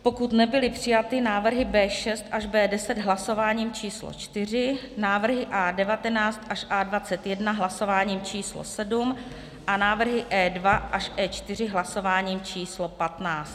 pokud nebyly přijaty návrhy B6 až B10 hlasováním č. čtyři, návrhy A19 až A21 hlasováním č. sedm a návrhy E2 až E4 hlasováním č. patnáct,